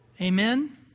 amen